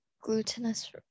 glutinous